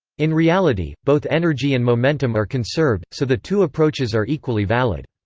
in reality, both energy and momentum are conserved, so the two approaches are equally valid.